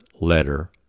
letter